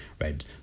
right